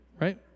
right